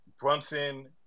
Brunson